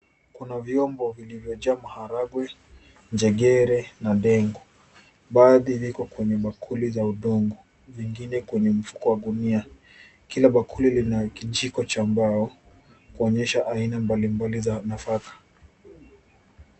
Kuna vyombo vilivyojaa maharagwe, njegere na ndengu. Baadhi ziko kwenye bakuli za udongo vingine kwenye mfuko wa gunia. Kila bakuli kina kijiko cha mbao kuonyesha aina mbalimbali za nafaka.